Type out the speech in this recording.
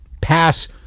pass